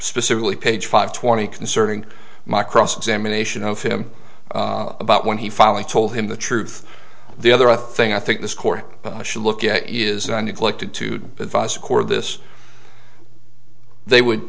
specifically page five twenty concerning my cross examination of him about when he finally told him the truth the other thing i think this court should look at is the neglected to advise a court of this they would